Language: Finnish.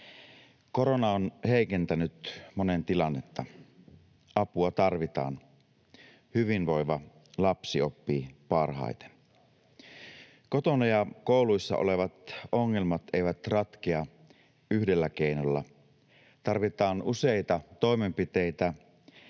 Korona on heikentänyt monen tilannetta. Apua tarvitaan. Hyvinvoiva lapsi oppii parhaiten. Kotona ja kouluissa olevat ongelmat eivät ratkea yhdellä keinolla. Tarvitaan useita toimenpiteitä,